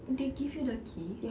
they give you the key